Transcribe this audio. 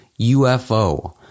UFO